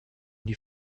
die